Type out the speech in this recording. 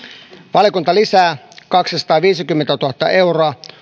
valiokunta lisää kaksisataaviisikymmentätuhatta euroa